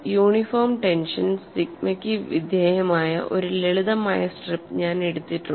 uniform tension സിഗ്മയ്ക്ക് വിധേയമായ ഒരു ലളിതമായ സ്ട്രിപ്പ് ഞാൻ എടുത്തിട്ടുണ്ട്